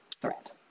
threat